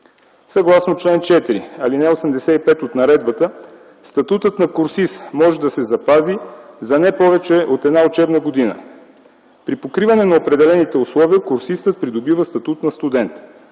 Съгласно чл. 4, ал. 85 от наредбата, статутът на курсист може да се запази за не повече от една учебна година. При покриване на определените условия курсистът придобива статут на студент.